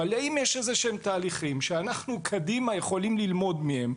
אבל האם יש איזה שהם תהליכים שאנחנו קדימה יכולים ללמוד מהם,